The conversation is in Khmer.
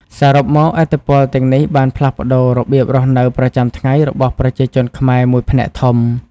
សរុបមក ឥទ្ធិពលទាំងនេះបានផ្លាស់ប្តូររបៀបរស់នៅប្រចាំថ្ងៃរបស់ប្រជាជនខ្មែរមួយផ្នែកធំ។